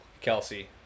Kelsey